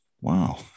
wow